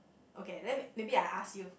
okay then maybe I ask you